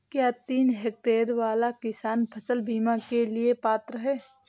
क्या तीन हेक्टेयर वाला किसान फसल बीमा के लिए पात्र हैं?